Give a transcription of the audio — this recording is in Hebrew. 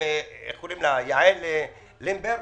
יעל לינדנברג,